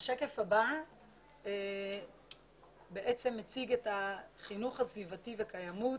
השקף הבא מציג את החינוך הסביבתי וקיימות.